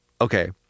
Okay